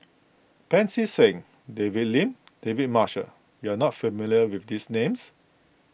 Pancy Seng David Lim and David Marshall you are not familiar with these names